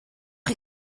chi